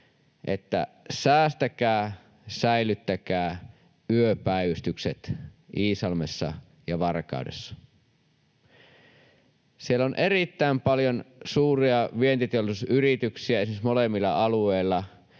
säästäkää ja säilyttäkää yöpäivystykset Iisalmessa ja Varkaudessa. Siellä on erittäin paljon esimerkiksi suuria vientiteollisuusyrityksiä molemmilla alueilla.